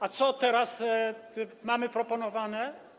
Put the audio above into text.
A co teraz jest proponowane?